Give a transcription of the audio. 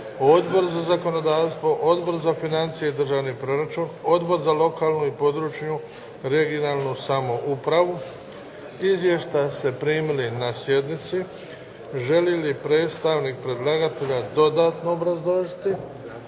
Odbor za zakonodavstvo, Odbor za financije i državni proračun, Odbor za lokalnu i područnu (regionalnu) samoupravu. Izvješća ste primili na sjednici. Želi li predstavnik predlagatelja dodatno obrazložiti?